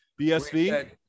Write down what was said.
bsv